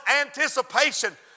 anticipation